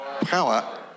power